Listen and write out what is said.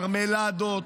מרמלדות,